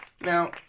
Now